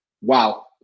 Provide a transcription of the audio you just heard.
Wow